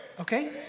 Okay